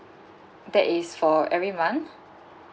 that is for every month